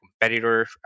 competitor